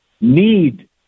need